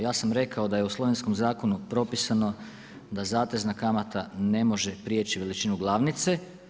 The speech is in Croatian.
Ja sam rekao da je u slovenskom zakonu propisano da zatezna kamata ne može prijeći veličinu glavnice.